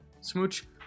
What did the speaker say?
Smooch